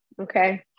Okay